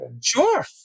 Sure